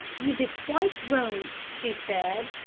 you did quite right, she said,